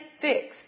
fixed